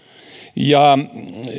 ja